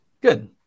good